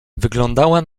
wyglądała